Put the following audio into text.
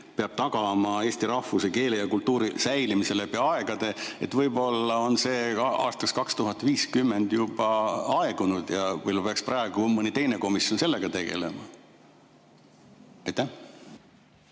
peab tagama eesti rahvuse, keele ja kultuuri säilimise läbi aegade" – võib-olla on see [mõte] aastaks 2050 juba aegunud ja võib-olla peaks praegu mõni teine komisjon sellega tegelema. Aitäh!